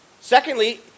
Secondly